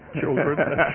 Children